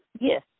Yes